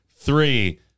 three